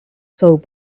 sold